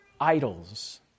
idols